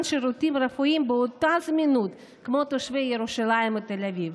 שירותים רפואיים ובאותה זמינות כמו תושבי ירושלים ותל אביב.